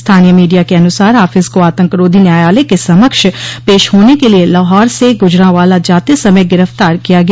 स्थानीय मीडिया के अनुसार हाफिज को आतंकरोधी न्यायालय के समक्ष पेश होने के लिए लाहौर से गुजरांवाला जाते समय गिरफ्तार किया गया